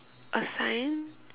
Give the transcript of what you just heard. a sign